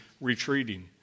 retreating